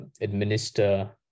administer